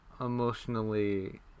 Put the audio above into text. emotionally